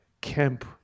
camp